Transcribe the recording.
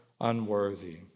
unworthy